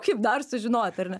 kaip dar sužinoti ar ne